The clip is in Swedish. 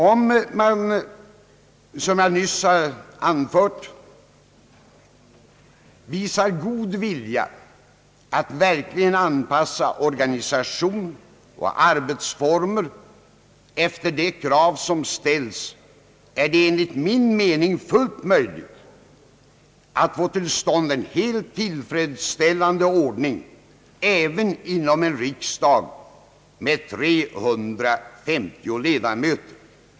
Om man, såsom jag nyss anfört, visar god vilja att verkligen anpassa organisation och arbetsformer efter de krav som ställs, är det enligt min mening fullt möjligt att få till stånd en helt tillfredsställande ordning även inom en riksdag med 350 ledamöter.